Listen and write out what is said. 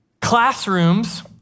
classrooms